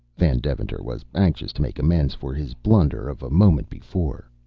van deventer was anxious to make amends for his blunder of a moment before.